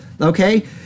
Okay